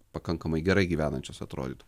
pakankamai gerai gyvenančios atrodytų